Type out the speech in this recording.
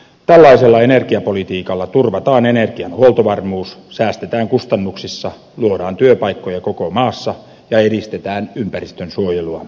tällaisella energiapolitiikalla turvataan energian huoltovarmuus säästetään kustannuksissa luodaan työpaikkoja koko maassa ja edistetään ympäristönsuojelua